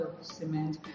cement